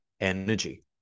energy